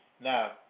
Now